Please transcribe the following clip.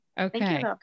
Okay